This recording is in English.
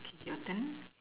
your turn